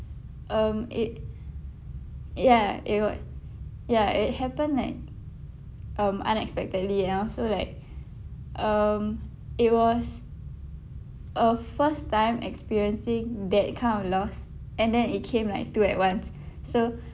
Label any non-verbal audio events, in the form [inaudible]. um it ya it wa~ ya it happened like um unexpectedly and all so like um it was a first time experiencing that kind of loss and then it came like two at once so [breath]